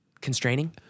constraining